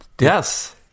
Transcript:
Yes